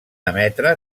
emetre